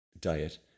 diet